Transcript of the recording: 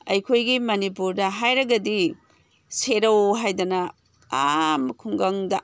ꯑꯩꯈꯣꯏꯒꯤ ꯃꯅꯤꯄꯨꯔꯗ ꯍꯥꯏꯔꯒꯗꯤ ꯁꯦꯔꯧ ꯍꯥꯏꯗꯅ ꯑꯥ ꯈꯨꯡꯒꯪꯗ